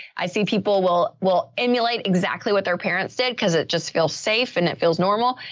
i see people will, will emulate exactly what their parents did because it just feels safe and it feels normal.